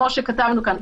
כמו שכתבנו כאן,